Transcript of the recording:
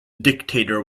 dictator